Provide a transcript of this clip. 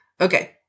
Okay